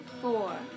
four